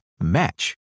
match